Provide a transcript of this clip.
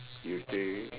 you too